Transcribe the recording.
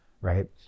right